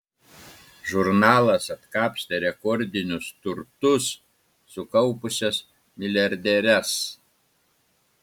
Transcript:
žurnalas atkapstė rekordinius turtus sukaupusias milijardieres